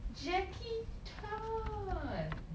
Jackie Chan